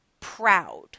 proud